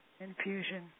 infusion